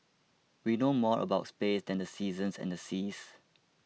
we know more about space than the seasons and the seas